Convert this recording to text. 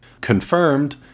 Confirmed